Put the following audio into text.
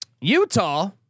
Utah